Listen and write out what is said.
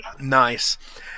Nice